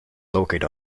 located